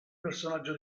personaggio